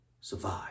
survive